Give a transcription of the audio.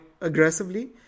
aggressively